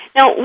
Now